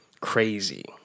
crazy